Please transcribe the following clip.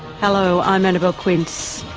hello, i'm annabelle quince,